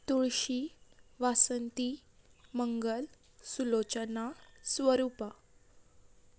Tulsi Vasanti Mangal Sulochana Swarupa